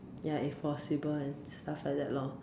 ya if possible and stuff like that loh